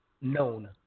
known